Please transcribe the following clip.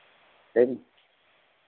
ᱞᱟᱹᱭ ᱢᱮ